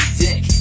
dick